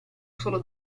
solo